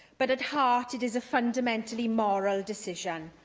but at heart, it is a fundamentally moral decision.